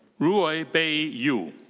ruo bei yu.